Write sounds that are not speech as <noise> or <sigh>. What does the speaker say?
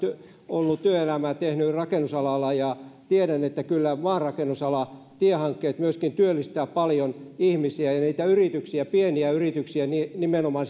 ollut työelämää tehnyt rakennusalalla ja tiedän että kyllä maanrakennusala ja tiehankkeet myöskin työllistävät paljon ihmisiä ja yrityksiä pieniä yrityksiä nimenomaan <unintelligible>